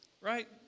right